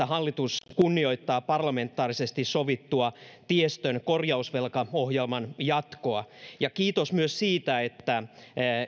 hallitus kunnioittaa parlamentaarisesti sovittua tiestön korjausvelkaohjelman jatkoa ja kiitos myös siitä että